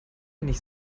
nicht